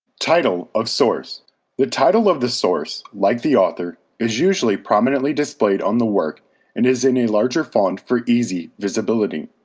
title of source the title of the source, like the author, is usually prominently displayed on the work and is in a larger font for easy visibility.